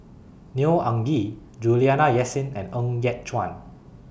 Neo Anngee Juliana Yasin and Ng Yat Chuan